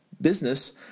business